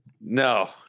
No